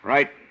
Right